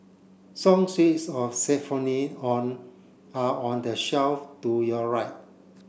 song sheets of on are on the shelf to your right